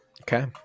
Okay